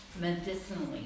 medicinally